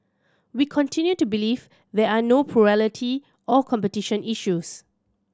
we continue to believe there are no plurality or competition issues